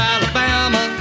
Alabama